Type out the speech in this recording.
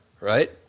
right